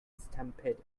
stampede